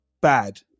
bad